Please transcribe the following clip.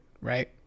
Right